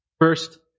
First